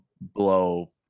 blow